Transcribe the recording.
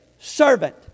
servant